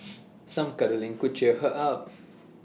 some cuddling could cheer her up